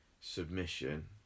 submission